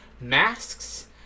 masks